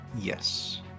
yes